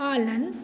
पालन